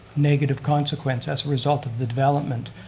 negative consequence as a result of the development.